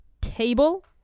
table